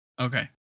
okay